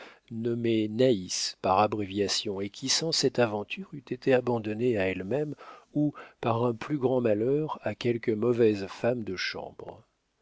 nommée naïs par abréviation et qui sans cette aventure eût été abandonnée à elle-même ou par un plus grand malheur à quelque mauvaise femme de chambre